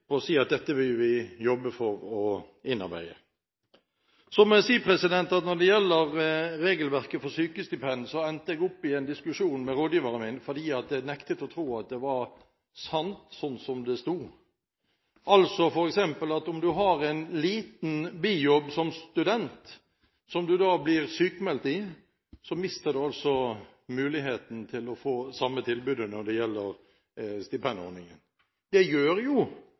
og si at dette vil vi jobbe for å innarbeide. Når det gjelder regelverket for sykestipend, endte jeg opp i en diskusjon med rådgiveren min fordi jeg nektet å tro at det var sant det som sto. Om du f.eks. har en liten bijobb som student som du blir sykmeldt i, mister du altså muligheten til å få samme tilbudet når det gjelder stipendordningen. Det gjør jo